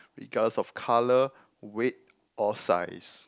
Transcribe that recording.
regardless of colour weight or size